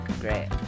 Great